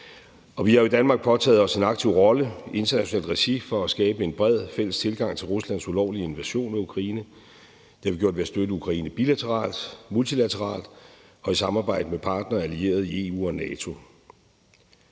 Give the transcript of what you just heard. rolle i internationalt regi for at skabe en bred fælles tilgang til Ruslands ulovlige invasion af Ukraine. Det har vi gjort ved at støtte Ukraine bilateralt, multilateralt og i samarbejde med partnere og allierede i EU og NATO.